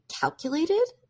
calculated